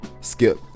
skip